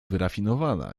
wyrafinowana